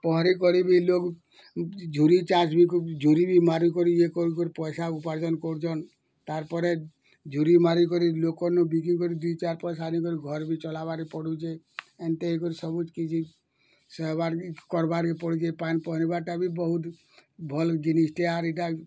ପହଁରିକରି ବି ଲୋକ୍ ଝୁରି ଚାଷ୍ ବି ଝୁରି ବି ମାରିକରି ବି ଇଏ କରି କରି ପଏସା ଉପାର୍ଜନ୍ କରୁଛନ୍ ତାର୍ପରେ ଝୁରି ମାରିକରି ଲୋକର୍ନୁ ବିକି କରି ଦୁଇ ଚାର୍ ପଏସା ଆନିକରି ଘର୍ ବି ଚଲାବାକେ ପଡ଼ୁଛେ ଏନ୍ତିହେଇ କରି ସବୁ କିଛି ସେହେବାର୍ ବି କର୍ବାର୍ ବି ପଡ଼ୁଛେ୍ ପାଏନ୍ ପାଏନ୍ ପହଁରିବାର୍ଟା ବି ବହୁତ୍ ଭଲ୍ ଜିନିଷ୍ଟେ ଆର୍ ଇଟା